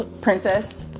Princess